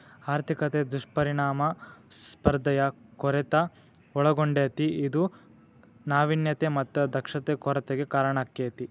ಆರ್ಥಿಕತೆ ದುಷ್ಪರಿಣಾಮ ಸ್ಪರ್ಧೆಯ ಕೊರತೆ ಒಳಗೊಂಡತೇ ಇದು ನಾವಿನ್ಯತೆ ಮತ್ತ ದಕ್ಷತೆ ಕೊರತೆಗೆ ಕಾರಣಾಕ್ಕೆತಿ